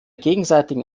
gegenseitigen